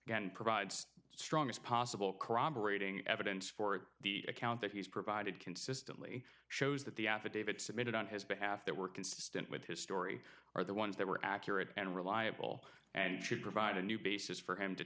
again provides the strongest possible corroborating evidence for the account that he's provided consistently shows that the affidavit submitted on his behalf that were consistent with his story are the ones that were accurate and reliable and should provide a new basis for him to